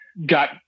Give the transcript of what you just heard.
got